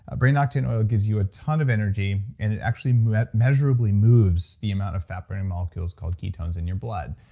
ah brain octane oil gives you a ton of energy and it actually measurably moves the amount of fat-burning molecules called ketones in your blood.